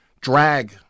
drag